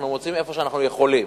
אנחנו מוציאים איפה שאנחנו יכולים.